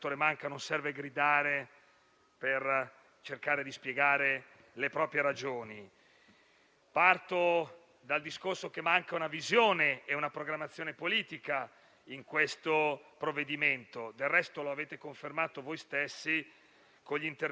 Dopo il secondo *lockdown* avete emanato il primo decreto ristori, dopo dieci giorni è arrivato il secondo, poi vi siete accorti che le Regioni cambiavano colore e avete dovuto emanare il terzo,